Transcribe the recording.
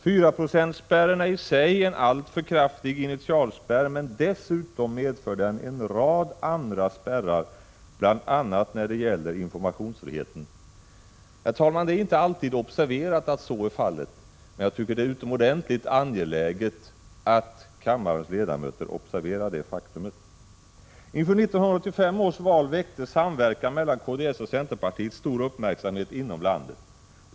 Fyraprocentsspärren är i sig en alltför kraftig initialspärr, men dessutom medför den en rad andra spärrar, bl.a. när det gäller informationsfriheten. Herr talman! Det observeras inte alltid att så är fallet, men jag tycker att det är utomordentligt angeläget att kammarens ledamöter observerar det faktumet. Inför 1985 års val väckte samverkan mellan kds och centerpartiet stor uppmärksamhet inom landet.